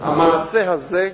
המעשה הזה,